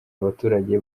abaturage